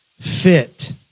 fit